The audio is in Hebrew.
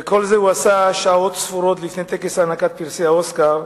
ואת כל זה הוא עשה שעות ספורות לפני טקס הענקת פרסי האוסקר.